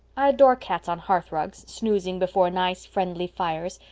i adore cats on hearth rugs, snoozing before nice, friendly fires,